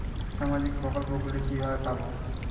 সামাজিক প্রকল্প গুলি কিভাবে পাব?